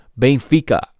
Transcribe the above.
Benfica